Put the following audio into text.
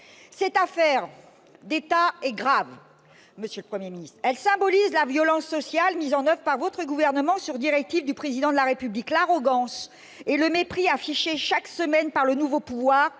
Cette affaire d'État est grave. Elle symbolise la violence sociale mise en oeuvre par votre gouvernement, sur directive du Président de la République. L'arrogance et le mépris affichés chaque semaine par le nouveau pouvoir